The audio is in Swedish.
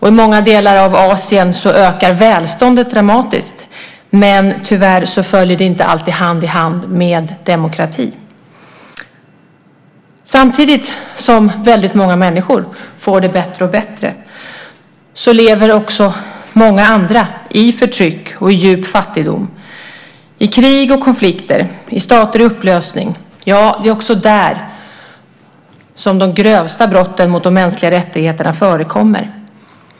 I många delar av Asien ökar välståndet dramatiskt, men tyvärr följer det inte alltid hand i hand med demokrati. Samtidigt som väldigt många människor får det bättre och bättre lever många andra i förtryck och djup fattigdom, i krig och konflikter, i stater i upplösning. Det är också där som de grövsta brotten mot de mänskliga rättigheterna förekommer.